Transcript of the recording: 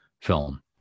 film